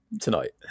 tonight